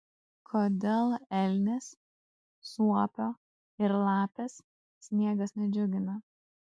kodėl elnės suopio ir lapės sniegas nedžiugina